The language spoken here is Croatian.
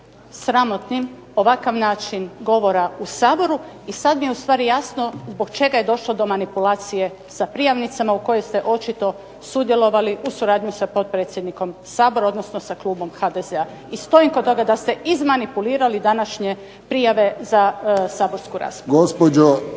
sramotnim ovakav način govora u Saboru. I sad mi je u stvari jasno zbog čega je došlo do manipulacije sa prijavnicama u kojoj ste očito sudjelovali u suradnji sa potpredsjednikom Sabora, odnosno sa klubom HDZ-a. i stojim kod toga da ste izmanipulirali današnje prijave za saborsku raspravu.